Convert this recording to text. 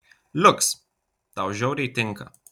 liuks tau žiauriai tinka